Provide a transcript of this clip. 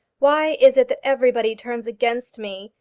why is it that everybody turns against me?